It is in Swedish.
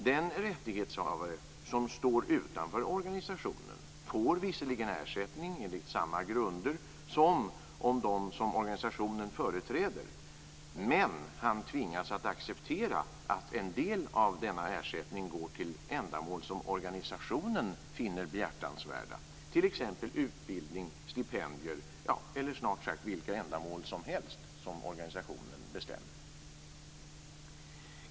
Den rättighetshavare som står utanför organisationen får visserligen ersättning enligt samma grunder som de som organisationen företräder, men tvingas att acceptera att en del av denna ersättning går till ändamål som organisationen finner behjärtansvärda, t.ex. utbildning, stipendier eller snart sagt vilka ändamål som helst som organisationen bestämmer.